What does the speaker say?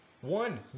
One